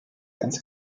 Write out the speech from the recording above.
ganz